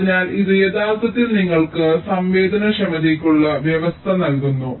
അതിനാൽ ഇത് യഥാർത്ഥത്തിൽ നിങ്ങൾക്ക് സംവേദനക്ഷമതയ്ക്കുള്ള വ്യവസ്ഥ നൽകുന്നു